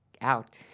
out